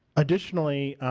additionally,